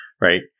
right